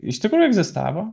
iš tikrųjų egzistavo